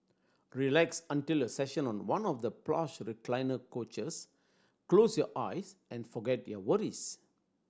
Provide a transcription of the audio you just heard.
relax until your session on one of the plush recliner couches close your eyes and forget your worries